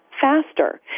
faster